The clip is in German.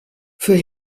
für